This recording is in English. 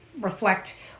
reflect